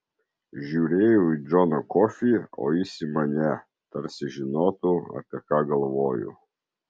žiūrėjau į džoną kofį o jis į mane tarsi žinotų apie ką galvoju